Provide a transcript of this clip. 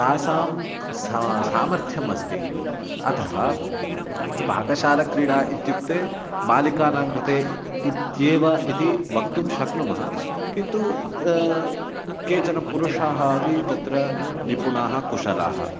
तासां सा सामर्थ्यमस्ति अतः पाकशालक्रीडा इत्युक्ते बालिकानां कृते इत्येव इति वक्तुं शक्नुमः किन्तु केचन पुरुषाः अपि तत्र निपुणाः कुशलाः